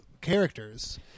characters